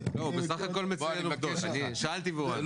בסך הכול אני שאלתי והוא ענה.